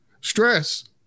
Stress